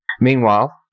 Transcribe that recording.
Meanwhile